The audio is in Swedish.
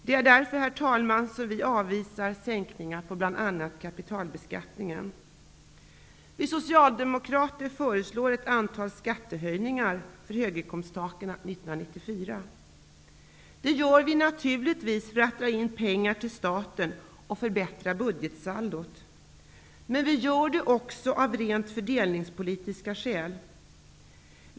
Det är därför, herr talman, som vi avvisar sänkningar av bl.a. kapitalbeskattningen. Vi socialdemokrater föreslår ett antal skattehöjningar för höginkomsttagarna 1994. Det gör vi naturligtvis för att dra in pengar till staten och förbättra budgetsaldot, men vi gör det också av rent fördelningspolitiska skäl.